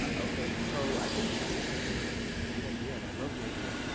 um okay, so i think this is definitely like a great idea and i love the idea.